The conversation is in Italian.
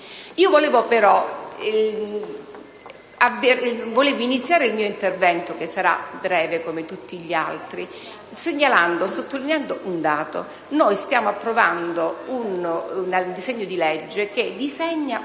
Vorrei però iniziare il mio intervento, che sarà breve come tutti gli altri, sottolineando un dato. Noi stiamo approvando un disegno di legge che traccia un *iter*